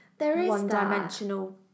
one-dimensional